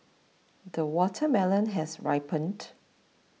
the watermelon has ripened